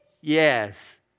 Yes